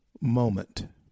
moment